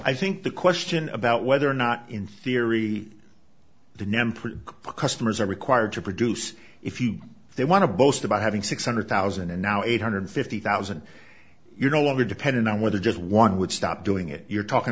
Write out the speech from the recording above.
i think the question about whether or not in theory the name for customers are required to produce if you they want to boast about having six hundred thousand and now eight hundred fifty thousand you're no longer dependent on whether just one would stop doing it you're talking